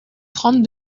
trente